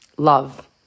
Love